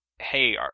hey